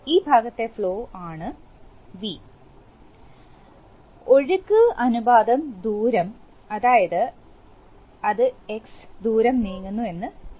ഈ ഭാഗത്തെ ഫ്ലോ ആണ് വി ഒഴുക്ക് അനുപാതം ദൂരം അതായത് അത് ദൂരം നീങ്ങുന്നു എന്ന് സങ്കൽപ്പിക്കുക